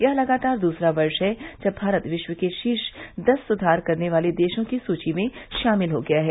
यह लगातार दसरा वर्ष है जब भारत विश्व के शीर्ष दस सुधार करने वाले देशों की सुची में शामिल हो गया है